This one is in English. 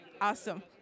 Awesome